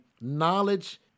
knowledge